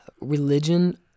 Religion